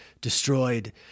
destroyed